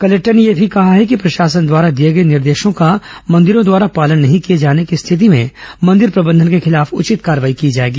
collector ने यह भी कहा है कि प्रशासन द्वारा दिए गए निर्देशों का मंदिरों द्वारा पालन नहीं किए जाने की स्थिति में मंदिर प्रबंधन के खिलाफ उचित कार्रवाई की जाएगी